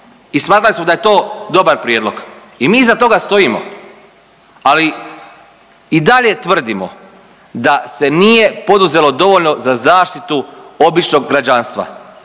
I smatrali smo da je to dobar prijedlog. I mi iza toga stojimo, ali i dalje tvrdimo da se nije poduzelo dovoljno za zaštitu običnog građanstva.